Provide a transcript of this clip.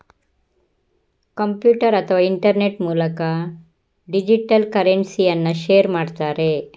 computer ಅಥವಾ internet ಮೂಲಕ digital ಕರೆನ್ಸಿಯನ್ನ ಶೇರ್ ಮಾಡ್ತಾರೆ